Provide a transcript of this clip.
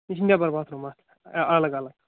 یہِ چھُ نیٚبَر باتھ روٗم اتھ الگ الگ